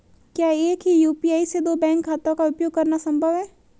क्या एक ही यू.पी.आई से दो बैंक खातों का उपयोग करना संभव है?